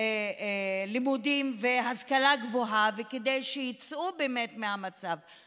לימודים והשכלה גבוהה כדי שיצאו באמת מהמצב הזה.